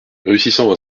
réussissant